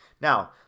Now